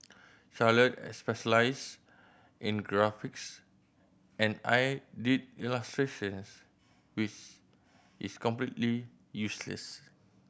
Charlotte specialized in graphics and I did illustrations which is completely useless